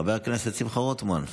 חבר הכנסת שמחה רוטמן,